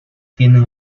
tienen